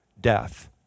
death